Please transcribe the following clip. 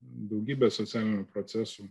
daugybę socialinių procesų